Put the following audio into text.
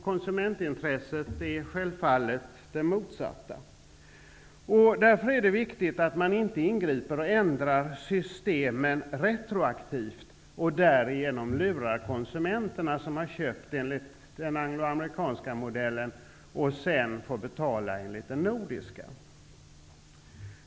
Konsumentintresset är självfallet det motsatta. Därför är det viktigt att man inte ändrar systemen genom retroaktiva ingrepp och därmed lurar konsumenter som har köpt enligt den angloamerikanska modellen men sedan får betala enligt den nordiska.